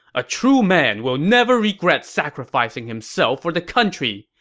a true man will never regret sacrificing himself for the country!